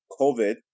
COVID